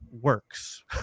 works